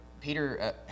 Peter